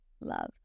love